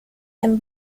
and